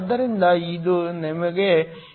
ಆದ್ದರಿಂದ ಇದು ನಿಮಗೆ 2